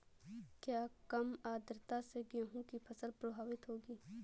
क्या कम आर्द्रता से गेहूँ की फसल प्रभावित होगी?